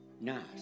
nice